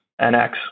NX